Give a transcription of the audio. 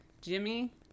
Jimmy